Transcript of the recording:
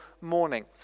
morning